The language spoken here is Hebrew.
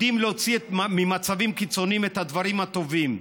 יודעים להוציא ממצבים קיצוניים את הדברים הטובים.